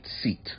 seat